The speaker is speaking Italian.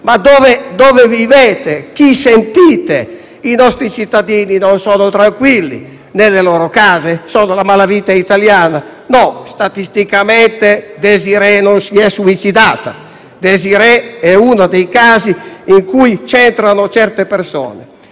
Ma dove vivete? Chi sentite? I nostri cittadini non sono tranquilli nelle loro case. È solo la malavita italiana? No, statisticamente Desirée non si è suicidata. Desirée è uno dei casi in cui c'entrano certe persone.